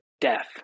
death